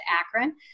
Akron